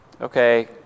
okay